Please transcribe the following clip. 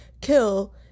kill